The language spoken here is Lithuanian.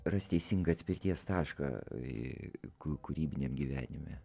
rast teisingą atspirties tašką ee kūrybiniam gyvenime